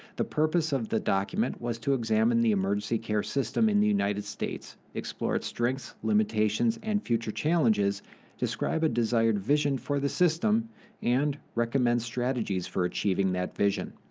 the purpose of the document was to examine the emergency care system in the united states explore its strengths, limitations, and future challenges describe a desired vision for the system and, recommend strategies for achieving that vision.